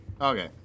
Okay